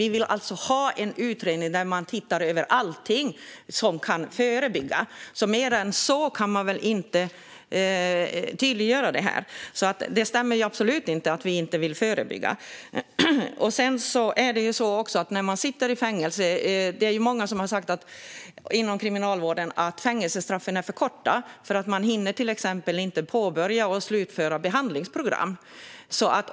Vi vill alltså ha en utredning där man tittar över allt som kan förebygga. Mer än så kan detta inte tydliggöras. Det stämmer absolut inte att vi inte vill förebygga. Många inom Kriminalvården har sagt att fängelsestraffen är för korta, för man hinner till exempel inte påbörja och slutföra ett behandlingsprogram.